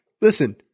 Listen